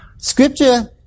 Scripture